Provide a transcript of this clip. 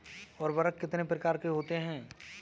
उर्वरक कितने प्रकार के होते हैं?